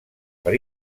per